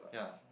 ya